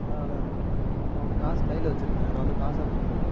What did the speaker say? அதான் அதான் நான் வந்து காசு கையில் வெச்சிருக்கேன் நான் வந்து காசாக கொடுத்தர்றேன்